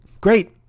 great